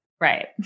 Right